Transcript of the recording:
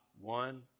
one